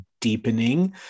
deepening